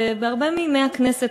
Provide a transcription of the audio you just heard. בהרבה מימי הכנסת,